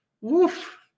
woof